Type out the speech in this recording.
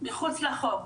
מחוץ לחוק.